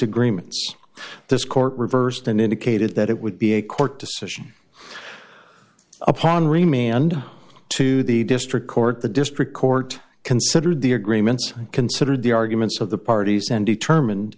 agreements this court reversed and indicated that it would be a court decision upon remained to the district court the district court considered the agreements considered the arguments of the parties and determined